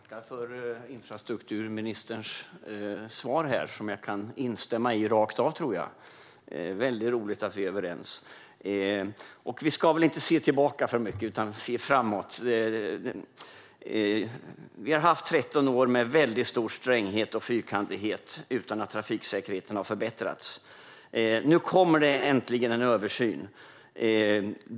Fru talman! Jag tackar för infrastrukturministerns svar, som jag kan instämma i rakt av. Det är mycket roligt att vi är överens. Vi ska väl inte se tillbaka för mycket utan se framåt. Det har varit 13 år med stor stränghet och fyrkantighet utan att trafiksäkerheten har förbättrats, och nu kommer det äntligen en översyn.